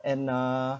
and uh